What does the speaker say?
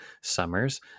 summers